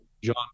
John